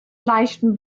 leichten